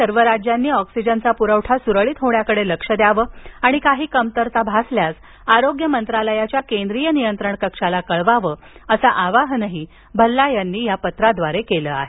सर्व राज्यांनी ऑक्सिजनचा पुरवठा सुरळीत होण्याकडं लक्ष द्यावं आणि काही कमतरता भासल्यास आरोग्य मंत्रालयाच्या केंद्रीय नियंत्रण कक्षाला कळवावं असं आवाहन भल्ला यांनी केलं आहे